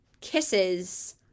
kisses